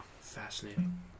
Fascinating